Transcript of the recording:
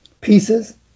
pieces